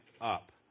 up